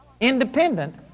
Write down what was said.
independent